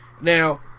now